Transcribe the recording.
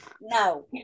No